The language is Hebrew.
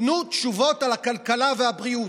תנו תשובות על הכלכלה והבריאות.